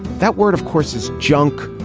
that word of course is junk.